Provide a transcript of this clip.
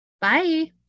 Bye